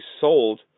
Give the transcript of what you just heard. sold